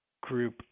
group